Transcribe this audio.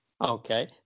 Okay